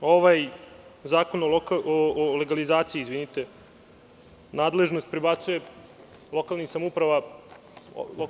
Ovaj zakon o legalizaciji nadležnost prebacuje lokalnim samoupravama.